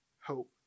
hope